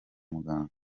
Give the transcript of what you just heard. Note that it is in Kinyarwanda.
muganga